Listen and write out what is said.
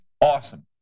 Awesome